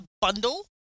bundle